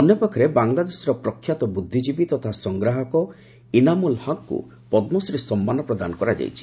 ଅନ୍ୟପକ୍ଷରେ ବାଂଲାଦେଶର ପ୍ରଖ୍ୟାତ ବୃଦ୍ଧିଜୀବୀ ତଥା ସଂଗ୍ରାହକ ଇନାମ୍ରଲ୍ ହକ୍ଙ୍କ ପଦ୍ମୁଶ୍ରୀ ପୁରସ୍କାର ପ୍ରଦାନ କରାଯାଇଛି